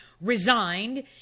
resigned